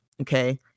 okay